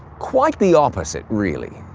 quite the opposite, really.